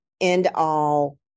end-all